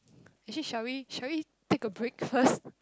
actually shall we shall we take a break first